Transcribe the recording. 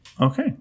okay